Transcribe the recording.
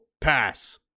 pass